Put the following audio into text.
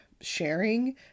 sharing